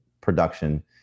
production